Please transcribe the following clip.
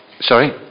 sorry